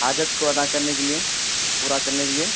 حاجت کو ادا کرنے کے لیے پورا کرنے کے لیے